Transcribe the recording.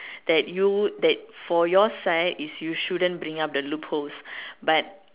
that you that for your side if you shouldn't bring up the loopholes but